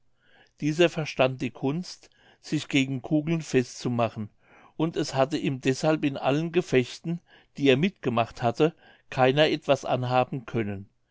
dieser verstand die kunst sich gegen kugeln fest zu machen und es hatte ihm deshalb in allen gefechten die er mitgemacht hatte keiner etwas anhaben können